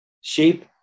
sheep